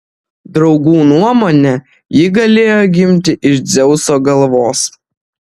draugų nuomone ji galėjo gimti iš dzeuso galvos